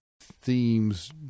theme's